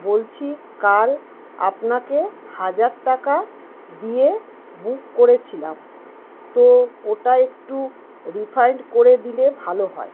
বলছি কাল আপনাকে হাজার টাকা দিয়ে বুক করেছিলাম তো ওটা একটু রিফান্ড করে দিলে ভালো হয়